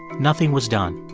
nothing was done.